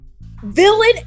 villain